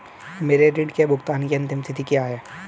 मेरे ऋण के भुगतान की अंतिम तिथि क्या है?